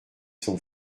son